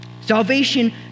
Salvation